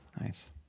Nice